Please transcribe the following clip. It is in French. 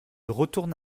retourne